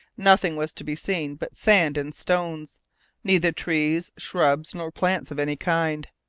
nothing was to be seen but sand and stones neither trees, shrubs, nor plants of any kind.